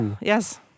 yes